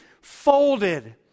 folded